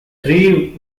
three